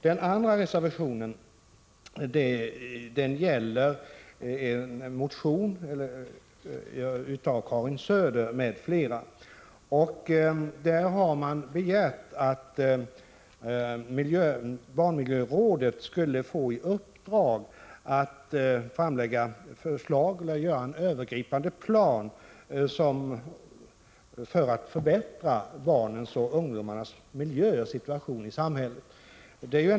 Den andra reservationen gäller en motion av Karin Söder m.fl. Där har man begärt att barnmiljörådet skulle få i uppdrag att göra en övergripande plan för att förbättra barnens och ungdomarnas miljö samt deras situation i samhället.